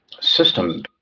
system